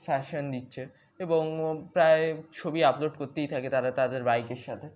fashion দিচ্ছে এবং প্রায় ছবি আপলোড করতেই থাকে তারা তাদের বাইকের সাথে